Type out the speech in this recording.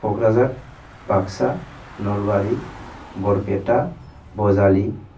Kokrajhar Baksa Nalbari Barpeta Bajali